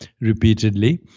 repeatedly